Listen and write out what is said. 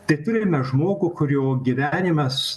tai turime žmogų kurio gyvenimas